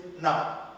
now